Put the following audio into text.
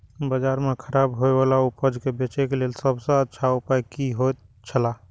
बाजार में खराब होय वाला उपज के बेचे के लेल सब सॉ अच्छा उपाय की होयत छला?